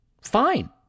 fine